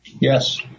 Yes